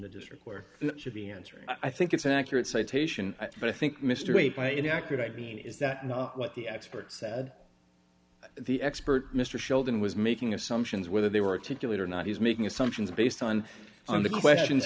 the district where it should be answered i think it's an accurate citation but i think mr a by and accurate i mean is that what the experts said the expert mr sheldon was making assumptions whether they were to do it or not he's making assumptions based on on the questions